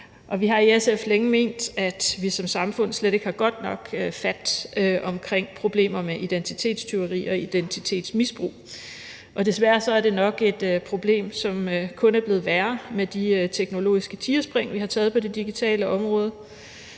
Vi har i SF længe ment, at vi som samfund slet ikke har godt nok fat omkring problemer med identitetstyveri og identitetsmisbrug. Desværre er det nok et problem, som kun er blevet værre med de teknologiske tigerspring, vi har taget på det digitale område.